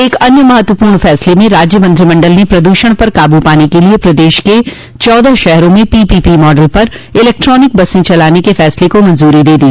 एक अन्य महत्वपूर्ण फैसले में राज्य मंत्रिमंडल ने प्रदूषण पर काबू पाने के लिए प्रदेश के चौदह शहरों में पीपीपी मॉडल पर इलेक्ट्रानिक बसे चलाने के फैसले को मंजूरी दे दी